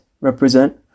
represent